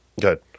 good